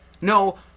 No